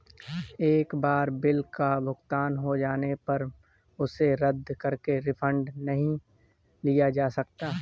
एक बार बिल का भुगतान हो जाने पर उसे रद्द करके रिफंड नहीं लिया जा सकता